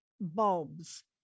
bulbs